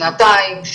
שנתיים,